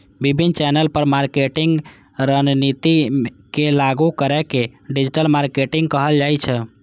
विभिन्न चैनल पर मार्केटिंग रणनीति के लागू करै के डिजिटल मार्केटिंग कहल जाइ छै